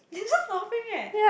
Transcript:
is just laughing eh